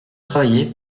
travailler